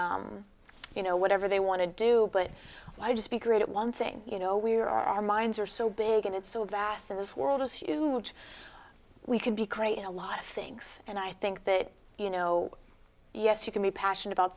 n you know whatever they want to do but i just be critic one thing you know we're our minds are so big and it's so vast and this world is huge we could be creating a lot of things and i think that you know yes you can be passionate about